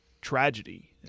tragedy